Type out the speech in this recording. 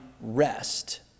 rest